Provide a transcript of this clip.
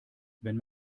wenn